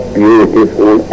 beautiful